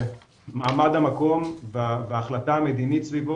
מעמד המקום וההחלטה המדינית סביבו